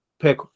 pick